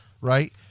right